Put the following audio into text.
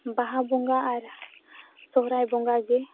ᱵᱟᱦᱟ ᱵᱚᱸᱜᱟ ᱟᱨ ᱥᱚᱦᱨᱟᱭ ᱵᱚᱸᱜᱟᱜᱮ